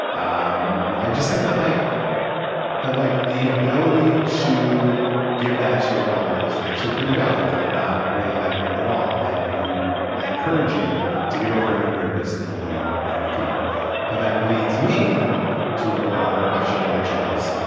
um i just think that like the like the ability to give that to your daughter is actually pretty valuable and not really that weird at all. and you i encourage you to get over any weirdness that you might feel but that leads me to a broader question which is